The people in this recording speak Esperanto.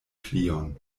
plion